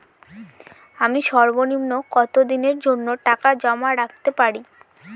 আমি সর্বনিম্ন কতদিনের জন্য টাকা জমা রাখতে পারি?